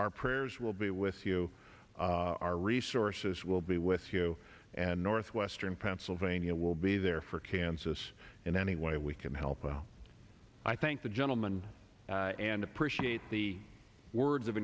our prayers will be with you our resources will be with you and northwestern pennsylvania will be there for kansas in any way we can help well i thank the gentleman and appreciate the words of